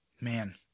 Man